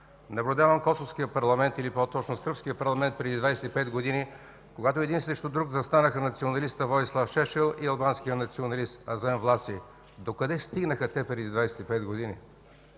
наблюдавам косовския парламент, или по-точно сръбския парламент преди 25 години, когато един срещу друг застанаха националистът Воислав Шешел и албанският националист Азем Власи. Докъде стигнаха те преди 25 години?